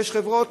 שש חברות,